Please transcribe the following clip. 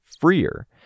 freer